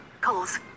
calls